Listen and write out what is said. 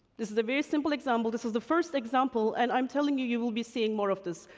this is a very simple example. this is the first example, and i'm telling you you will be seeing more of this,